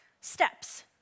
steps